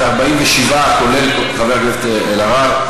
47 כולל חברת הכנסת אלהרר.